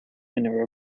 winner